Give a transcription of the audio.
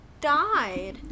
died